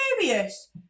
serious